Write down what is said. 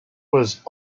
was